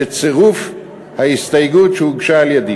בצירוף ההסתייגות שהוגשה על-ידי.